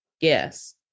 yes